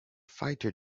fighter